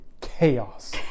chaos